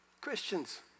Christians